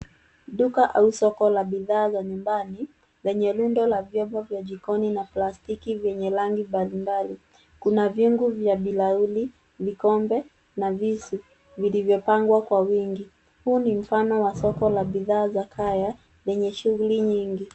Duka au soko la bidhaa za nyumbani lenye rundo la vyombo vya jikoni na plastiki zenye rangi mbalimbali. Kuna vyungu vya bilauli, vikombe na visu vilivyopangwa kwa wingi. Huu ni mfano wa soko la bidhaa za kaya lenye shughuli nyingi.